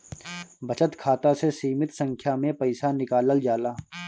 बचत खाता से सीमित संख्या में पईसा निकालल जाला